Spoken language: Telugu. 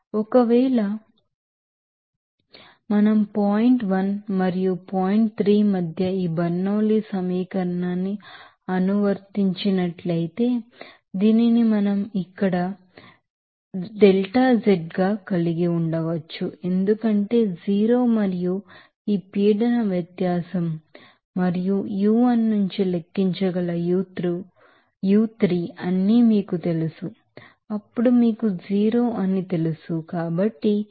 ఒకవేళమనం పాయింట్ 1 మరియు 3 మధ్య ఈ బెర్నౌలీ సమీకరణాన్ని అనువర్తించినట్లయితేదీనిని మనం ఇక్కడ జడ్ డెల్టా జడ్ గా కలిగి ఉండవచ్చు ఎందుకంటే 0 మరియు ఈ ప్రెషర్ డిఫరెన్స్ మరియు u1 నుంచి లెక్కించగల u3 అని మీకు తెలుసు అప్పుడు మీకు 0 తెలుసు అని మీకు తెలుసు